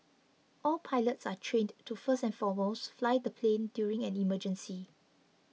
all pilots are trained to first and foremost fly the plane during an emergency